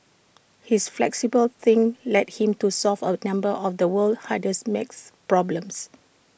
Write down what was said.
his flexible thinking led him to solve A number of the world's hardest math problems